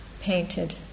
painted